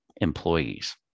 employees